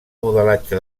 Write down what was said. modelatge